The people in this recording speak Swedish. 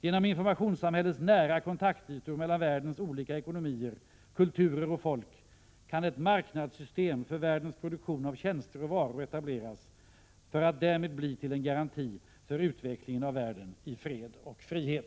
Genom informationssamhällets nära kontaktytor mellan världens olika ekonomier, kulturer och folk kan ett marknadssystem för världens produktion av tjänster och varor etableras för att därmed bli till en garanti för utveckling av världen i fred och frihet.